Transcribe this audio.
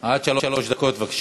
ואין ספק